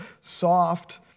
soft